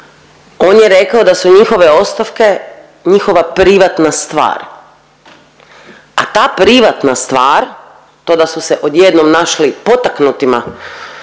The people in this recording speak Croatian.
on je rekao da su njihove ostavke njihova privatna stvar. A ta privatna stvar to da su se odjednom našli potaknutima